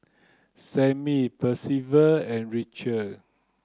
Sammy Percival and Richelle